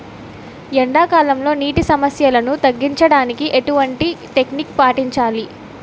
ఎండా కాలంలో, నీటి సమస్యలను తగ్గించడానికి ఎలాంటి టెక్నిక్ పాటించాలి?